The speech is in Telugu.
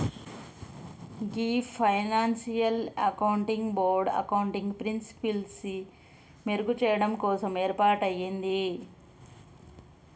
గీ ఫైనాన్షియల్ అకౌంటింగ్ బోర్డ్ అకౌంటింగ్ ప్రిన్సిపిల్సి మెరుగు చెయ్యడం కోసం ఏర్పాటయింది